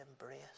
embrace